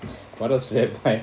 what else did I buy